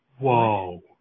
Whoa